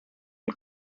all